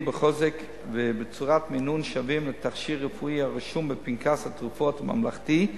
בחוזק ובצורת מינון שווים לתכשיר רפואי הרשום בפנקס התרופות הממלכתי,